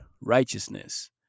righteousness